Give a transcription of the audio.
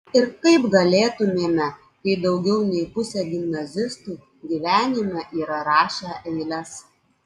ir kaip galėtumėme kai daugiau nei pusė gimnazistų gyvenime yra rašę eiles